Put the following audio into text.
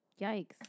Yikes